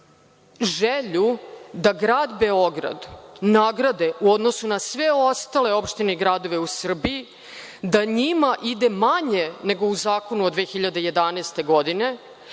želju da grad Beograd nagrade u odnosu na sve ostale opštine i gradove u Srbiji, da njima ide manje nego u zakonu od 2011. godine,